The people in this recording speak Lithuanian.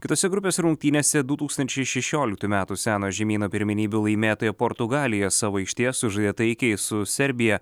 kitose grupės rungtynėse du tūkstančiai šešioliktų metų senojo žemyno pirmenybių laimėtoja portugalija savo aikštėje sužaidė taikiai su serbija